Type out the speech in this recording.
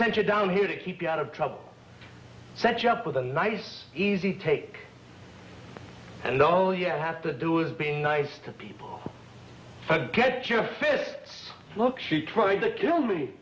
center down here to keep you out of trouble set you up with a nice easy take and all you have to do is being nice to people get your fists look she tried to kill me